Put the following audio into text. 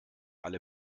alle